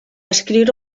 escriure